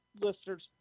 listeners